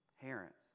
parents